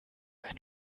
ein